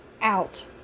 out